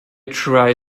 try